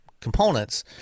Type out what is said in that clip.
components